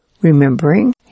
remembering